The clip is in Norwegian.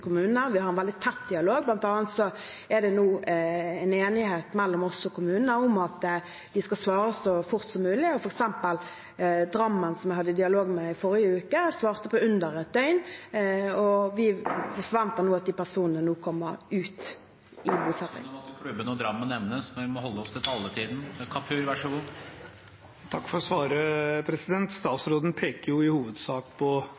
kommunene. Vi har veldig tett dialog. Det er bl.a. nå en enighet mellom oss og kommunene om at de skal svare så fort som mulig. Drammen, f.eks., som jeg hadde dialog med i forrige uke, svarte i løpet av under ett døgn. Vi forventer nå at de personene kommer seg ut Det er synd å måtte klubbe når Drammen nevnes, men vi må holde oss til taletiden. Mudassar Kapur – til oppfølgingsspørsmål. Takk for svaret. Statsråden peker i hovedsak på to ting: Det ene er flaskehalsene som er på